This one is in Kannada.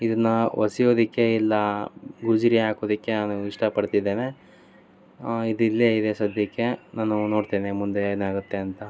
ಇದನ್ನು ಹೊಸಿಯೋದಿಕ್ಕೆ ಇಲ್ಲ ಗುಜರಿ ಹಾಕೋದಕ್ಕೆ ನಾನು ಇಷ್ಟಪಡ್ತಿದ್ದೇನೆ ಇದು ಇಲ್ಲೇ ಇದೆ ಸದ್ಯಕ್ಕೆ ನಾನು ನೋಡ್ತೇನೆ ಮುಂದೆ ಏನಾಗುತ್ತೆ ಅಂತ